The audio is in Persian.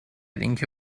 اینکه